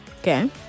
Okay